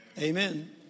Amen